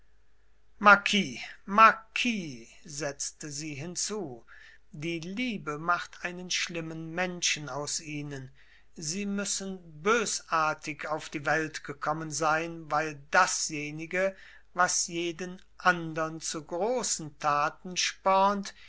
marquis marquis setzte sie hinzu die liebe macht einen schlimmen menschen aus ihnen sie müssen bösartig auf die welt gekommen sein weil dasjenige was jeden andern zu großen taten spornt